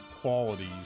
qualities